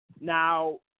Now